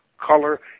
color